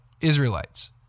Israelites